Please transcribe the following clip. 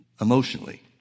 emotionally